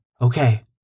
Okay